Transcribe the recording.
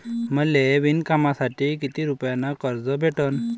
मले विणकामासाठी किती रुपयानं कर्ज भेटन?